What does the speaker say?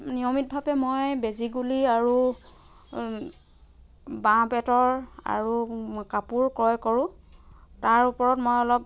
নিয়মিতভাৱে মই বেজি গুলি আৰু বাঁহ বেতৰ আৰু কাপোৰ ক্ৰয় কৰোঁ তাৰ ওপৰত মই অলপ